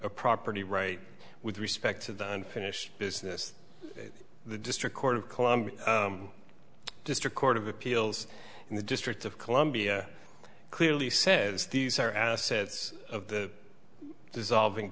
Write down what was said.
property right with respect to the unfinished business the district court of columbia district court of appeals and the district of columbia clearly says these are assets of the dissolving